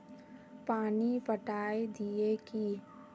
पानी पटाय दिये की?